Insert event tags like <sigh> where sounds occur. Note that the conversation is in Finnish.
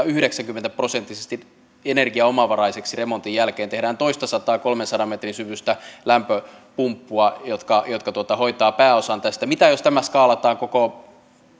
<unintelligible> yhdeksänkymmentä prosenttisesti energiaomavaraiseksi remontin jälkeen tehdään toistasataa kolmensadan metrin syvyistä lämpöpumppua jotka jotka hoitavat pääosan tästä mitä jos tämä skaalataan koko